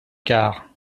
quart